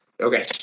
Okay